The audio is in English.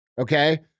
okay